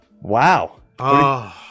Wow